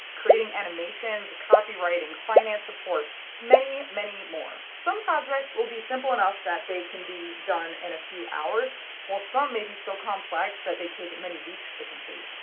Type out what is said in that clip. creating animations, copywriting, finance support, and many many more. some projects will be simple enough that they can be done in a few hours while some may be so complex that they take many weeks to complete.